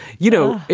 you know,